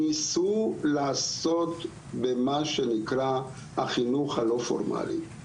ניסו לעשות מה שנקרא החינוך הלא פורמלי,